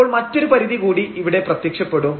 അപ്പോൾ മറ്റൊരു പരിധി കൂടി ഇവിടെ പ്രത്യക്ഷപ്പെടും